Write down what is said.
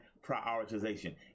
prioritization